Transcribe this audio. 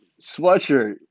sweatshirt